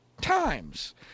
times